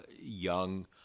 young